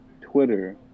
Twitter